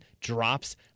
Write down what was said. drops